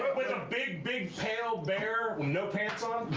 with a big, big pale bear with no pants on?